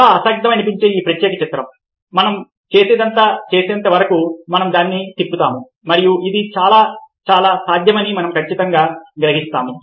చాలా అసాధ్యమని అనిపించే ఈ ప్రత్యేక చిత్రం మనం చేసేదంతా చేసేంత వరకు మనం దానిని తిప్పుతాము మరియు ఇది చాలా చాలా సాధ్యమని మనం ఖచ్చితంగా గ్రహిస్తాము